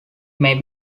may